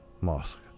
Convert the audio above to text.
mosque